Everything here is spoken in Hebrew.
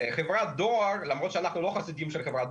חברת הדואר - למרות שאנחנו לא חסידים של חברת